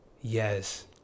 Yes